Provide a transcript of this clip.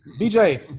BJ